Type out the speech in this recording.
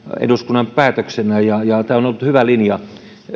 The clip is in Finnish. eduskunnan päätöksenä ja tämä on ollut hyvä linja